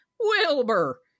Wilbur